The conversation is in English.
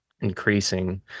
increasing